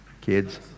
Kids